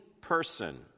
person